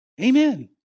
Amen